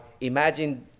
imagine